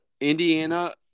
Indiana